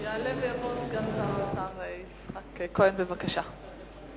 יעלה ויבוא סגן שר האוצר יצחק כהן, בבקשה.